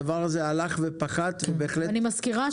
זאת אומרת